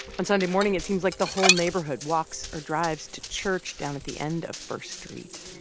on sunday morning, it seems like the whole neighborhood walks or drives to church down at the end of first street